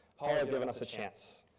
paul had given us a chance.